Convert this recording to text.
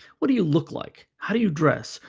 what do you look like? how do you dress?